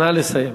נא לסיים.